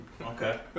Okay